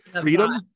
Freedom